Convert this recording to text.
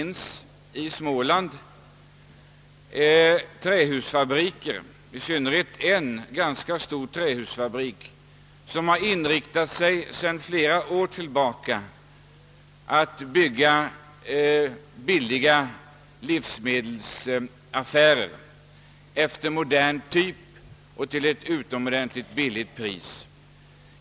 I Småland finns det en ganska stor trähusfabrik, som sedan flera år har inriktat sig på att iordningställa livsmedelsaffärer av modern typ till ett utomordentligt lågt pris.